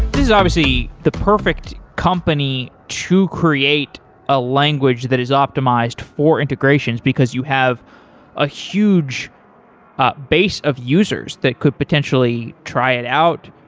is obviously the perfect company to create a language that is optimized for integrations, because you have a huge base of users that could potentially try it out,